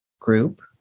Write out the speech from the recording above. group